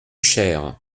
cher